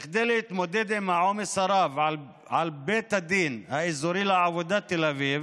כדי להתמודד עם העומס הרב על בית הדין האזורי בתל אביב,